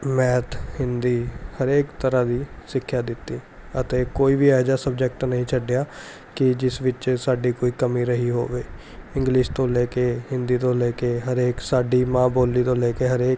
math Hindi ਹਰੇਕ ਤਰ੍ਹਾਂ ਦੀ ਸਿੱਖਿਆ ਦਿੱਤੀ ਅਤੇ ਕੋਈ ਵੀ ਇਹੋ ਜਿਹਾ ਸਬਜੈਕਟ ਨਹੀਂ ਛੱਡਿਆ ਕਿ ਜਿਸ ਵਿੱਚ ਸਾਡੀ ਕੋਈ ਕਮੀ ਰਹੀ ਹੋਵੇ ਇੰਗਲਿਸ਼ ਤੋਂ ਲੈ ਕੇ ਹਿੰਦੀ ਤੋਂ ਲੈ ਕੇ ਹਰੇਕ ਸਾਡੀ ਮਾਂ ਬੋਲੀ ਤੋਂ ਲੈ ਕੇ ਹਰੇਕ